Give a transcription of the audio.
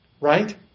right